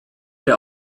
der